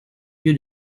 lieu